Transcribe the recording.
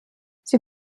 sie